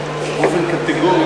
מה שבאופן קטגורי